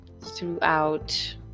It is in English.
throughout